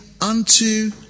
unto